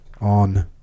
on